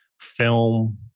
film